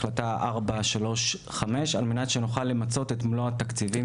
החלטה 435, על מנת שנוכל למצות את מלוא התקציבים.